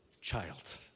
child